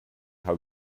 how